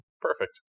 Perfect